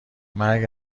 مرگ